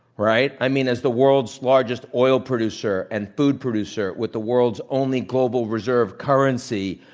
right? i mean, as the world's largest oil producer, and food producer, with the world's only global reserve currency,